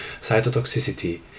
cytotoxicity